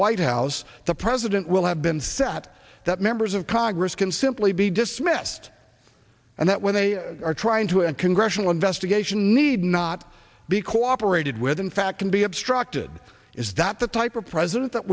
white house the president will have been set that members of congress can simply be dismissed and that when they are trying to and congressional investigation need not be cooperated with in fact can be obstructed is that the type of president that